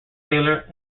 taylor